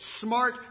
smart